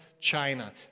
China